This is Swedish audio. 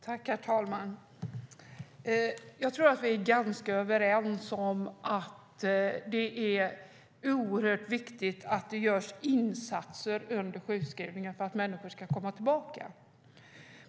Herr talman! Jag tror att vi är ganska överens om att det är oerhört viktigt att det görs insatser under sjukskrivningen för att människor ska komma tillbaka.